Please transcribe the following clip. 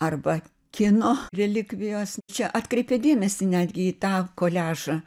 arba kino relikvijos čia atkreipė dėmesį netgi į tą koliažą